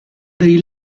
dei